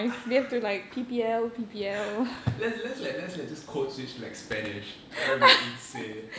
let's let's like let's like just code switch to like spanish that will be insane